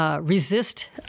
resist